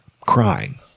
crying